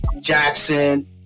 Jackson